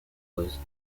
rose